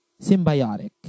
symbiotic